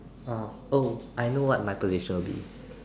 ah oh I know what my position would be